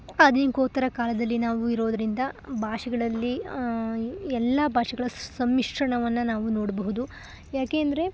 ಆಧುನಿಕೋತ್ತರ ಕಾಲದಲ್ಲಿ ನಾವು ಇರೋದರಿಂದ ಭಾಷೆಗಳಲ್ಲಿ ಎಲ್ಲ ಭಾಷೆಗಳ ಸಮ್ಮಿಶ್ರಣವನ್ನು ನಾವು ನೋಡಬಹುದು ಯಾಕೆ ಅಂದರೆ